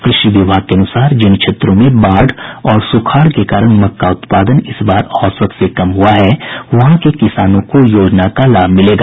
कृषि विभाग के अनुसार जिन क्षेत्रों में बाढ़ और सुखाड़ के कारण मक्का उत्पादन इस बार औसत के कम हुआ है वहां के किसानों को योजना का लाभ मिलेगा